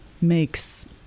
makes